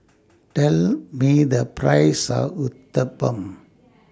Tell Me The priceS of Uthapam